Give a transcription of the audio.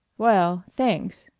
well thanks.